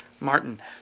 Martin